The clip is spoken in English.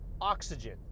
oxygen